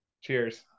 Cheers